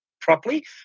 properly